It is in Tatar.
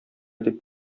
дип